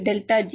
delta G